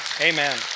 Amen